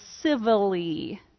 civilly